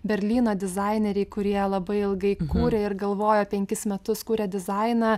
berlyno dizaineriai kurie labai ilgai kūrė ir galvojo penkis metus kūrė dizainą